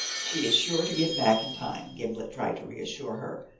she is sure to get back in time, gimblet tried to reassure her,